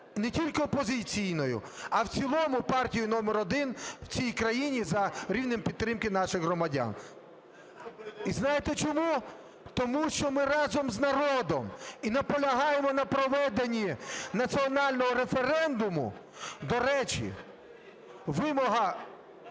не тільки опозиційною, а в цілому партією номер один в цій країні за рівнем підтримки наших громадян. І знаєте чому? Тому що ми разом з народом і наполягаємо на проведення національного референдуму. До речі, вимога